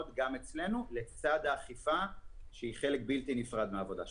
גם אצלנו לצד האכיפה שהיא חלק בלתי נפרד מהעבודה שלנו.